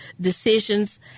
decisions